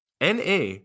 NA